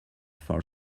four